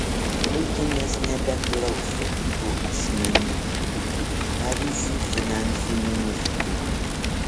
putinas nebeklauso kitų asmenų pavyzdžiui finansų ministro